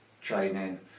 training